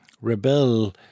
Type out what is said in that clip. rebel